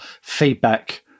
feedback